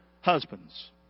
Husbands